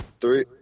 Three